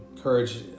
encourage